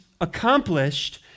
accomplished